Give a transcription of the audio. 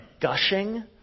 gushing